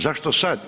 Zašto sad?